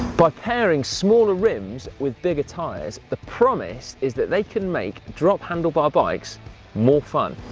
by pairing smaller rims with bigger tyres, the promise is that they can make drop handlebar bikes more fun.